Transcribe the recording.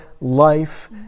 life